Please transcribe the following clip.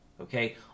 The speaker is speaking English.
okay